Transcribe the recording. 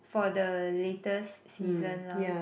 for the latest season lah